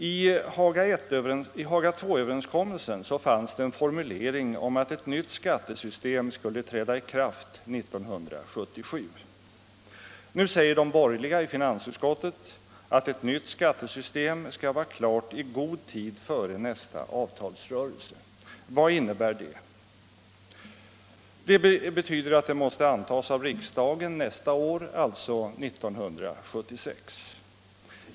I Haga Il-överenskommelsen fanns det en formulering om att ett nytt skattesystem skulle träda i kraft 1977. Nu säger de borgerliga i finansutskottet att ett nytt skattesystem skall vara klart i god tid före nästa avtalsrörelse. Vad innebär det? Det betyder att det nya skattesystemet måste antas av riksdagen nästa år, alltså 1976.